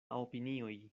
opinioj